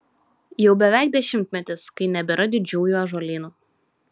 jau beveik dešimtmetis kai nebėra didžiųjų ąžuolynų